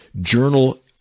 journal